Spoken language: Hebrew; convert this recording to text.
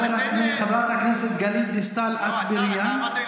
של חברת הכנסת גלית דיסטל אטבריאן.